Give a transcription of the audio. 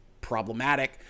problematic